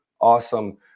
awesome